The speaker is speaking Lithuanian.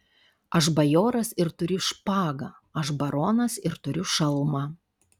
aš bajoras ir turiu špagą aš baronas ir turiu šalmą